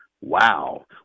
wow